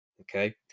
okay